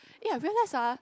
uh I realize uh